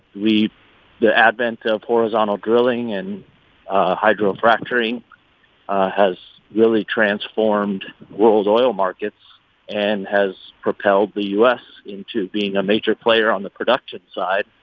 we the advent of horizontal drilling and ah hydrofracturing has really transformed world oil markets and has propelled the u s. into being a major player on the production side,